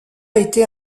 été